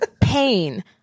pain